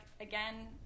again